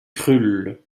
krull